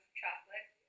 chocolate